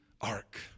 ark